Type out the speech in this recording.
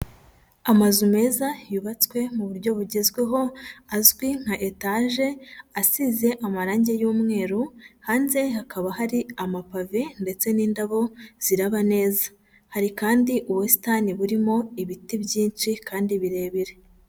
Amazu meza yubatswe mu buryo bugezweho, azwi nka etaje, asize amarange y'umweru, hanze hakaba hari amapave ndetse n'indabo ziraba neza. Hari kandi ubusitani burimo ibiti byinshi kandi birebire.